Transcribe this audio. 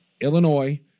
Illinois